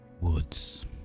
Woods